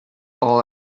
all